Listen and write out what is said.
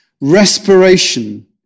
Respiration